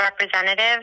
representative